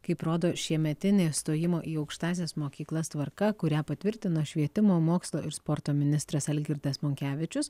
kaip rodo šiemetinė stojimo į aukštąsias mokyklas tvarka kurią patvirtino švietimo mokslo ir sporto ministras algirdas monkevičius